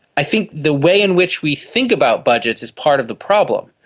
i think the way in which we think about budgets is part of the problem,